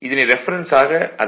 இதனை ரெஃபரென்ஸ் ஆக அதாவது 288